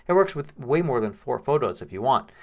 and works with way more than four photos if you want.